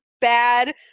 bad